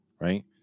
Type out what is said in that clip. right